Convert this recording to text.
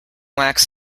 wax